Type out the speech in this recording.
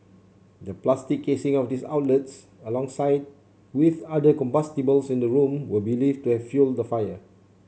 the plastic casing of these outlets alongside with other combustibles in the room were believed to have fuelled the fire